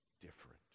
different